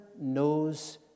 knows